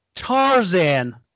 Tarzan